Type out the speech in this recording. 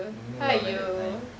don't know lah when that time